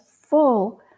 full